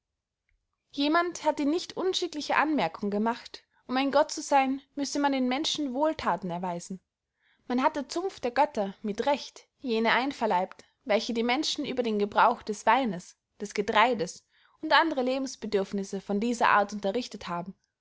jemand hat die nicht unschickliche anmerkung gemacht um ein gott zu seyn müsse man den menschen wohlthaten erweisen man hat der zunft der götter mit recht jene einverleibt welche die menschen über den gebrauch des weines des getreides und andre lebensbedürfnisse von dieser art unterrichtet haben